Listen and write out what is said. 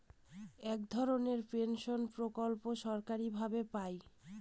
এক ধরনের পেনশন প্রকল্প সরকারি ভাবে পাই